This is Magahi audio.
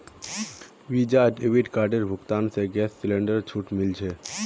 वीजा डेबिट कार्डेर भुगतान स गैस सिलेंडरत छूट मिल छेक